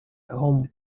home